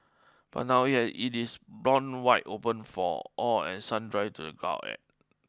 but now yet it is blown wide open for all and sundry to gawk at